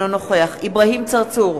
אינו נוכח אברהים צרצור,